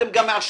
אתם גם מעשנים,